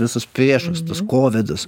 visus priešus tuos kovidus